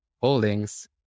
holdings